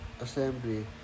assembly